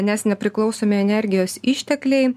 nes nepriklausomi energijos ištekliai